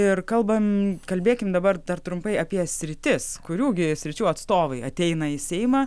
ir kalbam kalbėkim dabar dar trumpai apie sritis kurių gi sričių atstovai ateina į seimą